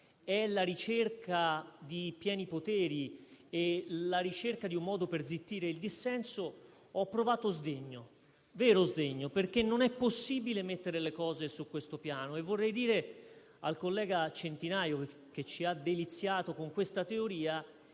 è la ricerca di pieni poteri e di un modo per zittire il dissenso, ho provato sdegno, vero sdegno, perché non è possibile mettere le cose su questo piano. Vorrei dire al collega Centinaio, che ci ha deliziato con questa teoria,